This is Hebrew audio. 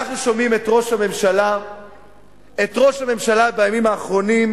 אנחנו שומעים את ראש הממשלה בימים האחרונים,